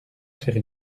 faire